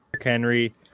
Henry